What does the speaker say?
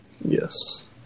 Yes